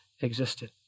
existed